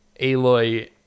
Aloy